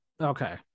Okay